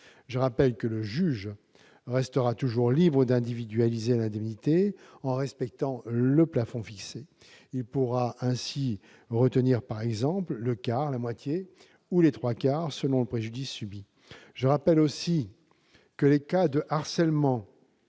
Je rappelle que le juge restera toujours libre d'individualiser l'indemnité en respectant le plafond fixé. Il pourra ainsi retenir, par exemple, le quart, la moitié ou les trois quarts du plafond, selon le préjudice subi. Je rappelle aussi que les cas de harcèlement